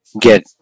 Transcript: get